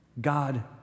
God